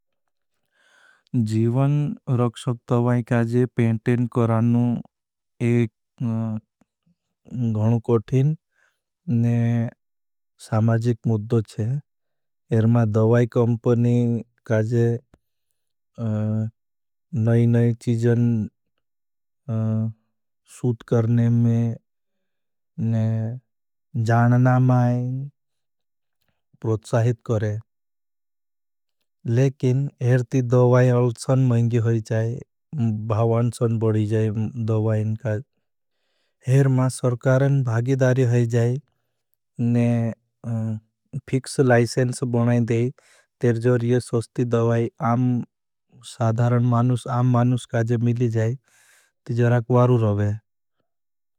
जीवन रक्षब दवाई काजे पेंटेंट करानु एक गणु कोठिन ने सामाजिक मुद्धोच्छे। इरमा दवाई कंपनी काजे नई नई चीजन सूध करने में जानना माई प्रोचाहित करें। लेकिन एर ती दवाई अलसन महिंगी होई जाए, भावानसन बड़ी जाए दवाईं काज। हर मां सरकारन भागिदारी होई जाए ने फिक्स लाइसेंस बनाए दे, तेर जोर ये सौस्ती दवाई आम साधारन मानुस, आम मानुस काजे मिली जाए, तो जराक वारू रहोगे।